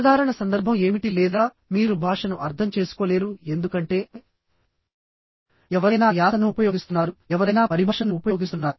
సాధారణ సందర్భం ఏమిటి లేదా మీరు భాషను అర్థం చేసుకోలేరు ఎందుకంటే ఎవరైనా యాసను ఉపయోగిస్తున్నారు ఎవరైనా పరిభాషను ఉపయోగిస్తున్నారు